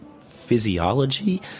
physiology